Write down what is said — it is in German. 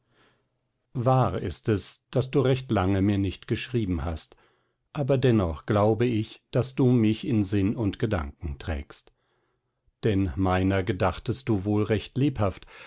wahr ist es daß du recht lange mir nicht geschrieben hast aber dennoch glaube ich daß du mich in sinn und gedanken trägst denn meiner gedachtest du wohl recht lebhaft